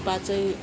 थुक्पा चाहिँ